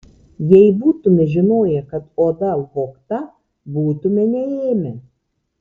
jei būtume žinoję kad oda vogta būtume neėmę